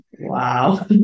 Wow